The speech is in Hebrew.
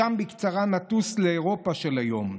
משם, בקצרה, נטוס לאירופה של היום.